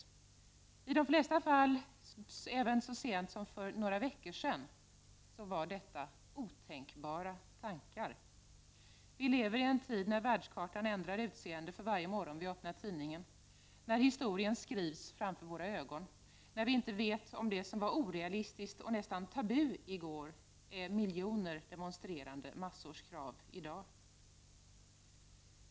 I de flesta fall var detta otänkbara tankar ännu så sent som för några veckor sedan. Vi lever i en tid när världskartan har ändrat utseende varje morgon vi öppnar tidningen, när historien skrivs framför våra ögon och när vi inte vet om det som var orealistiskt och nästan tabu i går är miljoner demonstrerande människors krav i dag.